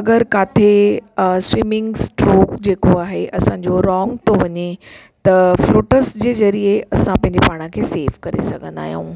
अगरि काफ़ी swimming stroke जेको आहे असांजो रोंग थो वञे त फ्लोटस जे ज़रिए असां पंहिंजे पाण खे सेफ करे सघंदा आहियूं